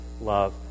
love